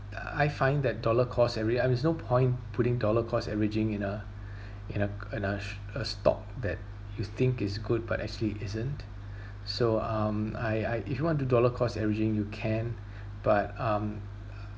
I find that dollar cost averag~ I m~ there's no point putting dollar cost averaging in a in a in a a stock that you think is good but actually isn't so um I I if you want to dollar cost averaging you can but um uh